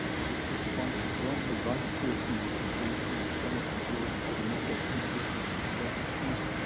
this was sponsored jointly by the pearson institute and the senator george j. mitchell institute for global peace,